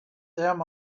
them